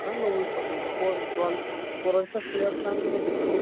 چھُنا نوٚوُے زٕ پُوہَر دۄن پُۅہَرَن چھا سِلَیپ ترٛاوٕنۍ أکۍسٕے